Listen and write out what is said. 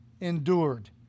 endured